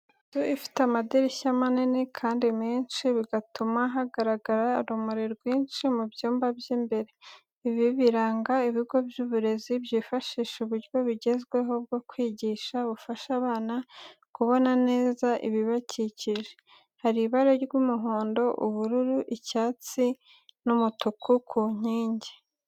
Inzu ifite amadirishya manini kandi menshi, bigatuma hagaragara urumuri rwinshi mu byumba by'imbere. Ibi biranga ibigo by’uburezi byifashisha uburyo bugezweho bwo kwigisha, bufasha abana kubona neza ibibakikije. Hari ibara ry’umuhondo, ubururu, icyatsi n’umutuku ku nkingi.